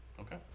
Okay